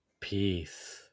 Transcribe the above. Peace